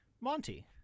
Monty